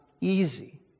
easy